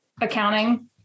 accounting